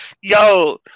Yo